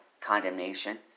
condemnation